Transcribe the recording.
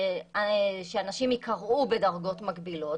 שאנשים ייקראו בדרגות מקבילות,